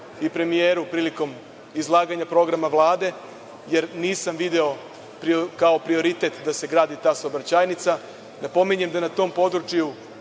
i premijeru prilikom izlaganja programa Vlade, jer nisam video kao prioritet da se gradi ta saobraćajnica. Napominjem da na tom području